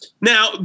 Now